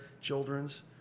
children's